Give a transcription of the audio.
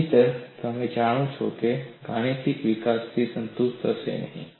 નહિંતર તમે જાણો છો કે તમે ગાણિતિક વિકાસથી સંતુષ્ટ થશો નહીં